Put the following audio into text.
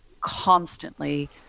constantly